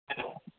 hello